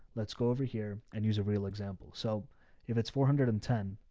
let's go over here and use a real example. so if it's four hundred and ten,